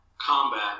combat